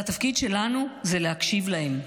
והתפקיד שלנו הוא להקשיב להם.